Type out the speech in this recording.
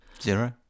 Zero